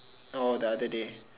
oh the other day